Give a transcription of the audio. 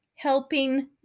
Helping